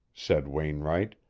said wainwright,